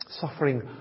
Suffering